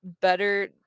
better